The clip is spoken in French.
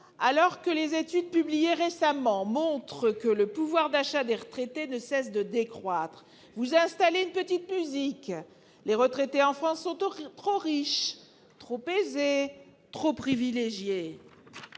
Alors que les études publiées récemment montrent que le pouvoir d'achat des retraités ne cesse de décroître, vous faites entendre une petite musique : les retraités en France sont trop riches, trop aisés, trop privilégiés.